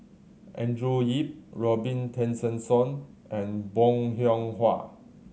Andrew Yip Robin Tessensohn and Bong Hiong Hwa